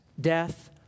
death